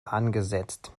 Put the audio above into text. angesetzt